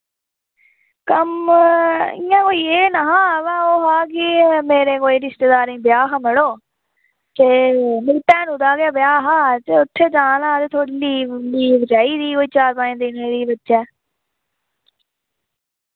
कम्म इ'यां कोई एह् ने'हा वा ओह् हा कि एह् मेरे कोई रिश्तेदारें ब्याह् हा मड़ो ते मेरी भैनू दा गै ब्याह् हा ते उत्थै जाना हा ते थोह्ड़ी लीव लीव चाहिदी कोई चार पंज दिनें दी